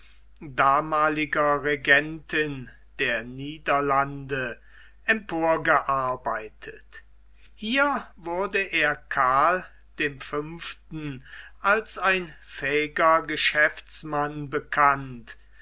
damaliger regentin der niederlande emporgearbeitet hier wurde er karl dem fünften als ein fähiger geschäftsmann bekannt